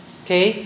okay